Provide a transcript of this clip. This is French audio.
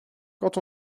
quand